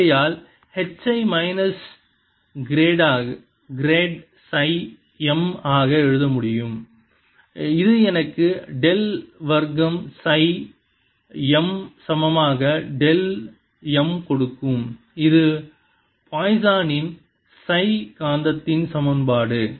ஆகையால் H I minus கிரேடாக psi M ஆக எழுதவும் இது எனக்கு டெல் வர்க்கம் சை M சமமாக டெல் எம் கொடுக்கும் இது பாய்சனின் Poisson's சை காந்தத்தின் சமன்பாடு